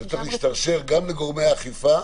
זה צריך להשתרשר גם לגורמי האכיפה,